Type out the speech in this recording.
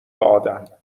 آدم